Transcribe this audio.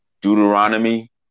Deuteronomy